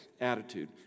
attitude